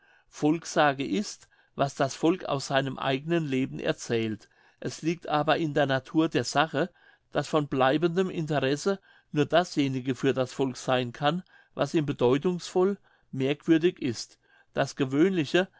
volkssage ist was das volk aus seinem eigenen leben erzählt es liegt aber in der natur der sache daß von bleibendem interesse nur dasjenige für das volk seyn kann was ihm bedeutungsvoll merkwürdig ist das gewöhnliche